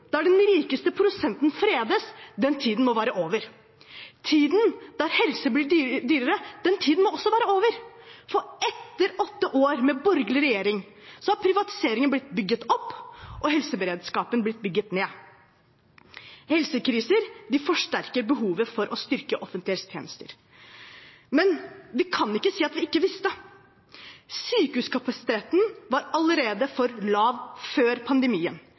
der den rikeste prosenten fredes, må være over. Tiden der helse blir dyrere, må også være over, for etter åtte år med borgerlig regjering har privatiseringen blitt bygget opp og helseberedskapen blitt bygget ned. Helsekriser forsterker behovet for å styrke offentlige helsetjenester. Men vi kan ikke si at vi ikke visste. Sykehuskapasiteten var allerede for lav før pandemien,